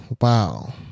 wow